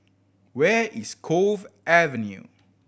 where is Cove Avenue